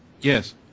Yes